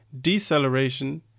deceleration